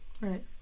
Right